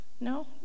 No